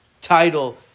title